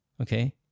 Okay